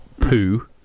poo